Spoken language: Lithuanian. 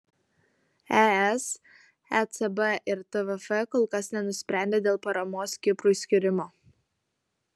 es ecb ir tvf kol kas nenusprendė dėl paramos kiprui skyrimo